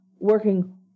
working